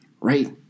right